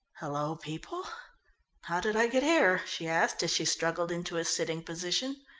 hallo, people how did i get here? she asked as she struggled into a sitting position.